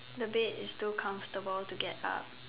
the bed is too comfortable to get up